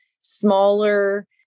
smaller